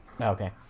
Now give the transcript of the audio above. Okay